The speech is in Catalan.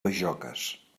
bajoques